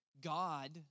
God